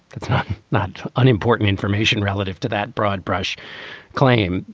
it's not unimportant information relative to that broad brush claim.